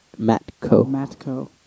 Matco